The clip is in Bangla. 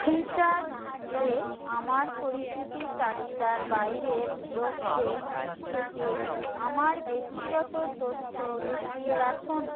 ফ্রিচার্জ এ আমার পরিচিতি তালিকার বাইরের লোকদের থেকে আমার ব্যক্তিগত তথ্য লুকিয়ে রাখুন